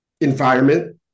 environment